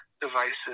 devices